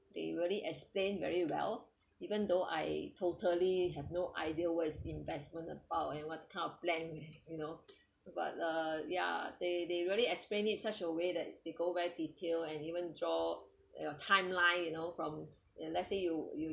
they really explain very well even though I totally have no idea what is investment about and what kind of plan you know but uh ya they they really explain it such a way that they go very detail and even draw timeline you know from let's say you you